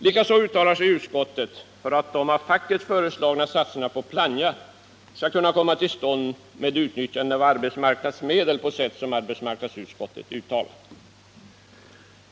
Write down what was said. Likaså uttalar sig utskottet för att de av facket föreslagna satsningarna på Plannja skall komma till stånd med utnyttjande av arbetsmarknadsmedel på sätt arbetsmarknadsutskottet uttalat.